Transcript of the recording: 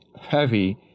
heavy